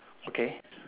okay